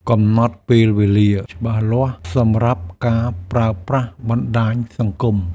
កំណត់ពេលវេលាច្បាស់លាស់សម្រាប់ការប្រើប្រាស់បណ្ដាញសង្គម។